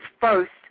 first